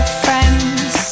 friends